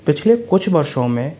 पिछले कुछ वर्षों में